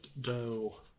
dough